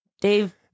Dave